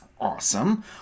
Awesome